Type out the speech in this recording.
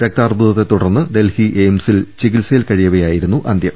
രക്താർബുദത്തെ തുടർന്ന് ഡൽഹി എയിംസിൽ ചികിത്സയിൽ കഴിയവെയായിരുന്നു അന്ത്യം